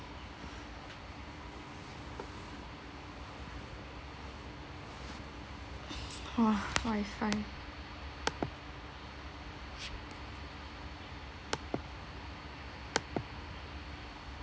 !wah! WiFi